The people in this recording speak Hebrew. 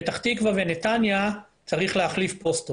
בפרק זמן ארוך ולא נותנים את הדעת לצורך של תנאי מחיה בסיסיים,